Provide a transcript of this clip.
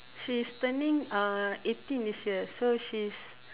she's turning uh eighteen this year so she's